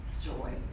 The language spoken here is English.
joy